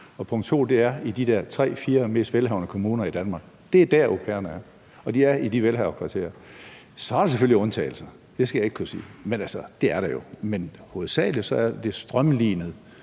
punkt 2 er: De 3-4 mest velhavende kommuner i Danmark er der, au pairerne er, og de er i de velhaverkvarterer. Så er der selvfølgelig undtagelser. Det skal jeg ikke kunne sige, men altså, det er der jo. Men hovedsagelig er det strømlinet